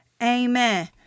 Amen